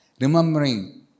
Remembering